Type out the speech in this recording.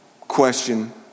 question